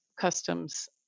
customs